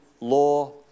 law